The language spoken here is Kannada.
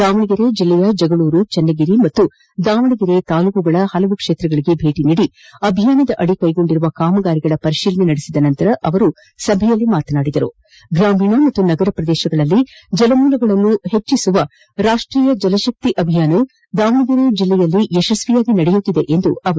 ದಾವಣಗೆರೆ ಜಿಲ್ಲೆಯ ಜಗಳೂರು ಚನ್ನಗಿರಿ ಮತ್ತು ದಾವಣಗೆರೆ ತಾಲ್ಲೂಕುಗಳ ವಿವಿಧ ಕ್ಷೇತ್ರಗಳಿಗೆ ಭೇಟಿ ನೀಡಿ ಅಭಿಯಾನದಡಿ ಕೈಗೊಂಡಿರುವ ಕಾಮಗಾರಿಗಳ ಪರಿಶೀಲನೆ ನಡೆಸಿದ ಬಳಿಕ ಸಭೆಯಲ್ಲಿ ಮಾತನಾಡಿದ ಅವರು ಗ್ರಾಮೀಣ ಮತ್ತು ನಗರ ಪ್ರದೇಶಗಳಲ್ಲಿ ಜಲಮೂಲಗಳನ್ನು ವೃದ್ದಿಸುವ ರಾಷ್ಟೀಯ ಜಲಶಕ್ತಿ ಅಭಿಯಾನ ದಾವಣಗೆರೆ ಜಿಲ್ಲೆಯಲ್ಲಿ ಯಶಸ್ವಿಯಾಗಿ ನಡೆಯುತ್ತಿದೆ ಎಂದರು